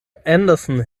anderson